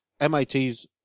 MIT's